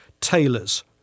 Tailors